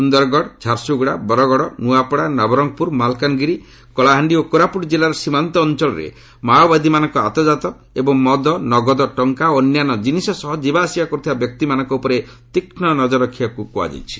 ସୁନ୍ଦରଗଡ଼ ଝାରସୁଗୁଡ଼ା ବରଗଡ଼ ନୂଆପଡ଼ା ନବରଙ୍ଗପୁର ମାଲକାନଗିରି କଳାହାଣ୍ଡି ଓ କୋରାପୁଟ ଜିଲ୍ଲାର ସୀମାନ୍ତ ଅଞ୍ଚଳରେ ମାଓବାଦୀମାନଙ୍କ ଆତଯାତ ଏବଂ ମଦ ନଗଦ ଟଙ୍କା ଓ ଅନ୍ୟାନ୍ୟ ଜିନିଷ ସହ ଯିବାଆସିବା କରୁଥିବା ବ୍ୟକ୍ତିମାନଙ୍କ ଉପରେ ତୀକ୍ଷ୍ଣ ନଜର ରଖିବାକୁ କୁହାଯାଇଛି